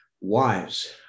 wives